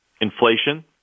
inflation